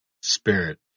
spirit